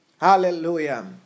Hallelujah